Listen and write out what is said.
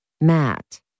Matt